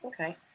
Okay